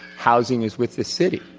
housing is with the city.